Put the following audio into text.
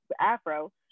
afro